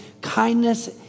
kindness